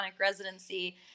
residency